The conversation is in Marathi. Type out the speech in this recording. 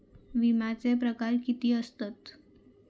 विमाचे प्रकार किती असतत?